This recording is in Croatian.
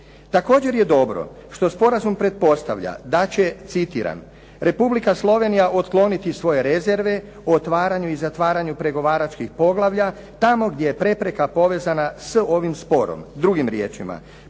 Također je dobro što sporazum pretpostavlja da će, citiram: "Republika Slovenija otkloniti svoje rezerve o otvaranju i zatvaranju pregovaračkih poglavlja tamo gdje je prepreka povezana s ovim sporom." Drugim riječima,